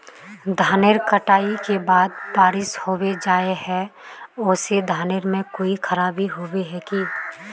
धानेर कटाई के बाद बारिश होबे जाए है ओ से धानेर में कोई खराबी होबे है की?